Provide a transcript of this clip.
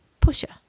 pusher